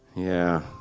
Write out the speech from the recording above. yeah,